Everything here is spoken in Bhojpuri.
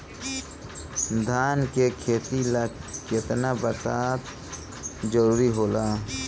धान के खेती ला केतना बरसात जरूरी होला?